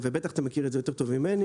ובטח אתה מכיר את זה יותר טוב ממני,